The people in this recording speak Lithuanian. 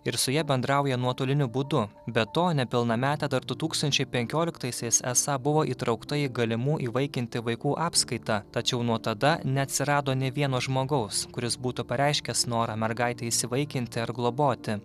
ir su ja bendrauja nuotoliniu būdu be to nepilnametė dar du tūkstančiai penkioliktaisiais esą buvo įtraukta į galimų įvaikinti vaikų apskaitą tačiau nuo tada neatsirado nė vieno žmogaus kuris būtų pareiškęs norą mergaitę įsivaikinti ar globoti